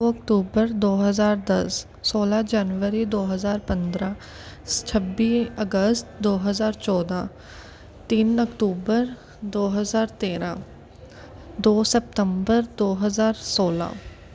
ਦੋ ਅਕਤੂਬਰ ਦੋ ਹਜ਼ਾਰ ਦਸ ਸੋਲ੍ਹਾਂ ਜਨਵਰੀ ਦੋ ਹਜ਼ਾਰ ਪੰਦਰਾਂ ਛੱਬੀ ਅਗਸਤ ਦੋ ਹਜ਼ਾਰ ਚੌਦਾਂ ਤਿੰਨ ਅਕਤੂਬਰ ਦੋ ਹਜ਼ਾਰ ਤੇਰ੍ਹਾਂ ਦੋ ਸਪਤੰਬਰ ਦੋ ਹਜ਼ਾਰ ਸੋਲ੍ਹਾਂ